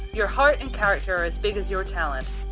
your heart and character are as big as your talent.